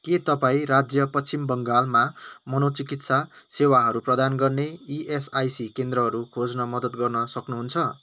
के तपाईँँ राज्य पश्चिम बङ्गालमा मनोचिकित्सा सेवाहरू प्रदान गर्ने इएसआइसी केन्द्रहरू खोज्न मद्दत गर्न सक्नुहुन्छ